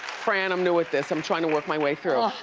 fran i'm new at this. i'm trying to work my way through.